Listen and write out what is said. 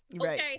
Okay